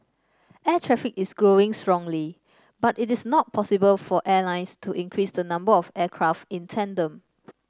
air traffic is growing strongly but it is not possible for airlines to increase the number of aircraft in tandem